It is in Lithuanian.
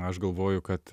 aš galvoju kad